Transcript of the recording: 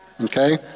Okay